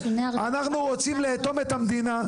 אנחנו רוצים לאטום את המדינה,